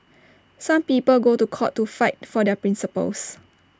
some people go to court to fight for their principles